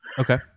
Okay